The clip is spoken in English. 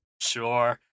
Sure